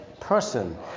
person